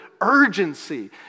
urgency